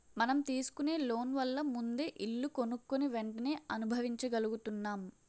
మనం తీసుకునే లోన్ వల్ల ముందే ఇల్లు కొనుక్కుని వెంటనే అనుభవించగలుగుతున్నాం